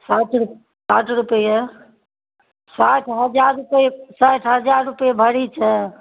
साठि साठि रुपैए साठि हजार रुपैए साठि हजार रुपैए भरी छै